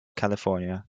california